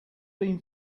been